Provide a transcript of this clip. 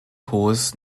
hohes